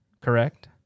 correct